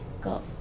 got